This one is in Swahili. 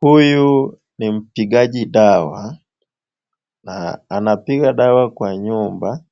Huyu ni mpigaji dawa na anapiga dawa kwa nyumba,